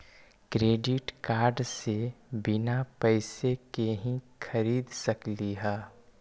Credit card से बिना पैसे के ही खरीद सकली ह?